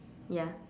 ya